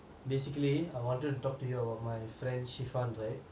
basically I wanted to talk to you about my friend shefun right